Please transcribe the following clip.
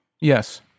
Yes